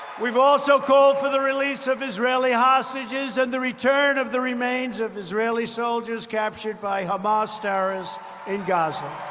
we've also called for the release of israeli hostages and the return of the remains of israeli soldiers captured by hamas terrorists in gaza.